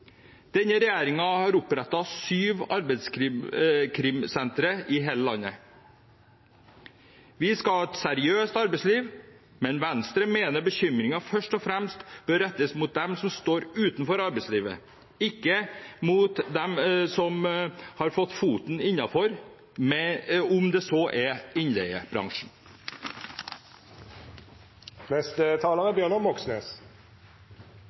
Denne regjeringen har opprettet syv arbeidskrimsenter i hele landet. Vi skal ha et seriøst arbeidsliv, men Venstre mener bekymringen først og fremst bør rettes mot dem som står utenfor arbeidslivet, ikke mot dem som har fått foten innenfor, om det så er